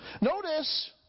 Notice